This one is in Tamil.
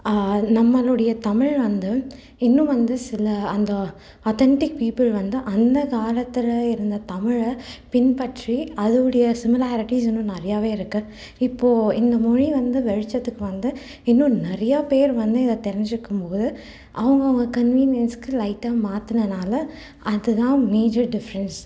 நம்மளுடைய தமிழ் வந்து இன்னும் வந்து சில அந்த அதென்டிக் பீப்புள் வந்து அந்த காலத்துல இருந்த தமிழை பின்பற்றி அதோடைய சிமிலாரிட்டீஸ் இன்னும் நிறையாவே இருக்குது இப்போது இந்த மொழி வந்து வெளிச்சத்துக்கு வந்து இன்னும் நிறையா பேர் வந்து இதை தெரிஞ்சுக்கும்போது அவங்கவுங்க கன்வீனியன்ஸ்க்கு லைட்டாக மாற்றுனனால அது தான் மேஜர் டிஃப்ரெண்ட்ஸ்